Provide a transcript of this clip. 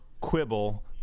quibble